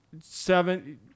seven